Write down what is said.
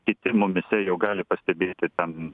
kiti mumyse jau gali pastebėti tam